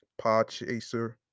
Podchaser